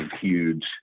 huge